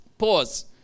pause